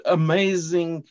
amazing